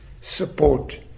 support